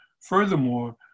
Furthermore